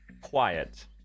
quiet